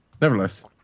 Nevertheless